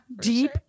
Deep